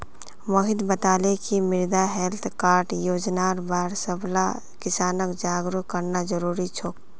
मोहित बताले कि मृदा हैल्थ कार्ड योजनार बार सबला किसानक जागरूक करना जरूरी छोक